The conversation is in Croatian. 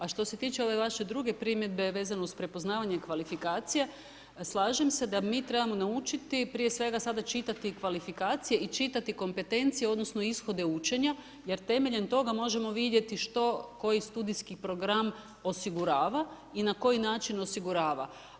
A što se tiče ove vaše druge primjedbe vezano uz prepoznavanje kvalifikacija, slažem se da mi trebamo naučiti prije svega sada čitati kvalifikacije i čitati kompetencije odnosno ishode učenja, jer temeljem toga možemo vidjeti što koji studijski program osigurava i na koji način osigurava.